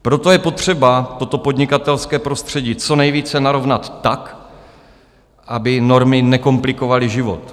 Proto je potřeba toto podnikatelské prostředí co nejvíce narovnat tak, aby normy nekomplikovaly život.